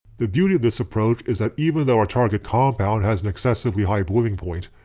the beauty of this approach is that even though our target compound has an excessively high boiling point,